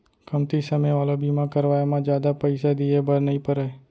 कमती समे वाला बीमा करवाय म जादा पइसा दिए बर नइ परय